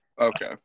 Okay